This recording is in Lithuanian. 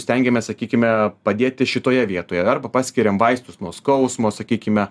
stengiamės sakykime padėti šitoje vietoje arba paskiriam vaistus nuo skausmo sakykime